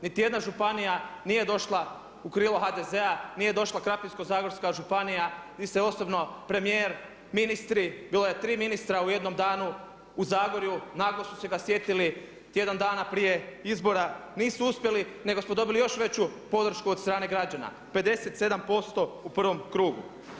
Niti jedna županija nije došla u krilo HDZ-a, nije došla Krapinsko-zagorska županija gdje se osobno premijer, ministri, bilo je tri ministra u jednom danu u Zagorju … sjetili tjedan dana prije izbora, nisu uspjeli nego smo dobili još veću podršku od strane građana 57% u prvom krugu.